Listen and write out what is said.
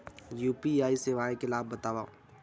UPI सेवाएं के लाभ बतावव?